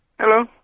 Hello